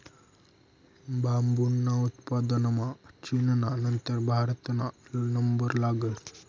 बांबूना उत्पादनमा चीनना नंतर भारतना नंबर लागस